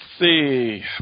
see